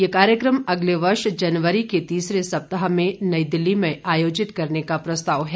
यह कार्यक्रम अगले वर्ष जनवरी के तीसरे सप्ताह में नई दिल्ली में आयोजित करने का प्रस्ताव है